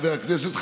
חבריי חברי הכנסת,